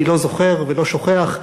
אני לא זוכר ולא שוכח,